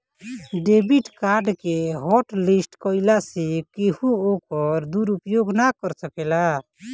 debit card के hotlist कईला से केहू ओकर दुरूपयोग ना कर सकेला